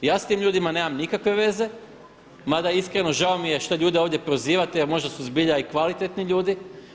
Ja s tim ljudima nemam nikakve veze, mada iskreno žao mi je što ljude ovdje prozivate, a možda su zbilja i kvalitetni ljudi.